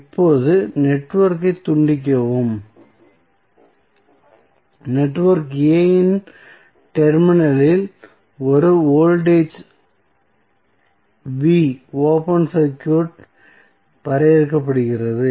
இப்போது நெட்வொர்க் ஐ துண்டிக்கவும் நெட்வொர்க் A இன் டெர்மினலில் ஒரு வோல்டேஜ் V ஓபன் சர்க்யூட் வரையறுக்கப்படுகிறது